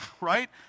Right